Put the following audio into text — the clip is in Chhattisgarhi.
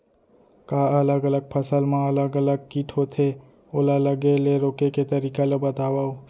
का अलग अलग फसल मा अलग अलग किट होथे, ओला लगे ले रोके के तरीका ला बतावव?